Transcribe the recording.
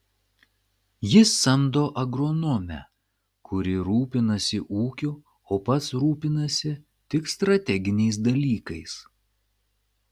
jis samdo agronomę kuri rūpinasi ūkiu o pats rūpinasi tik strateginiais dalykais